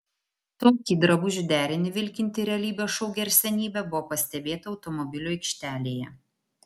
tokį drabužių derinį vilkinti realybės šou garsenybė buvo pastebėta automobilių aikštelėje